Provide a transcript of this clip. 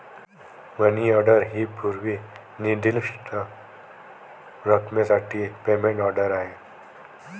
मनी order ही पूर्व निर्दिष्ट रकमेसाठी पेमेंट ऑर्डर आहे